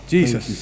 Jesus